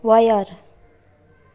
वयर